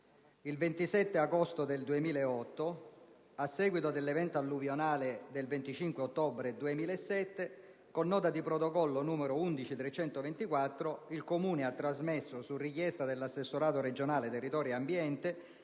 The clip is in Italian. Il 27 agosto 2008, a seguito dell'evento alluvionale del 25 ottobre 2007, con nota di protocollo n. 11324, il Comune ha trasmesso, su richiesta dell'Assessorato regionale territorio e ambiente,